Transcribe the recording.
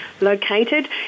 located